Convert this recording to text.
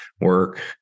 work